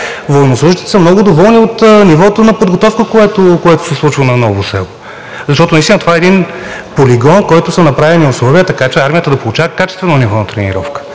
военнослужещите са много доволни от нивото на подготовка, което се случва на Ново село, защото наистина това е един полигон, в който са направени условия, така че армията да получава качествено ниво на тренировка.